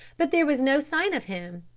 but there was no sign of him,